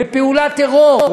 בפעולת טרור,